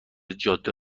جاده